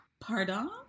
Pardon